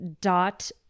dot